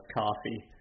coffee